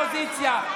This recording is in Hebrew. לא בפוזיציה.